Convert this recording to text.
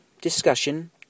discussion